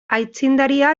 aitzindaria